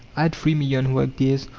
add three million work-days,